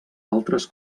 altres